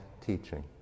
teaching